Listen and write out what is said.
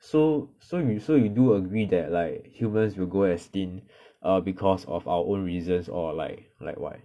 so so you so you do agree that like humans will go extinct err because of our own reasons or like like why